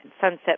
Sunset